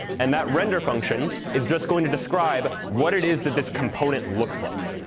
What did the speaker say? and that render function is just going to describe what it is that this component looks like.